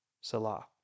Salah